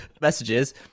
messages